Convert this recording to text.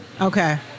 Okay